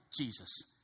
Jesus